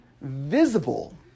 visible